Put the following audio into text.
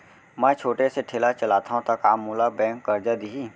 मैं छोटे से ठेला चलाथव त का मोला बैंक करजा दिही?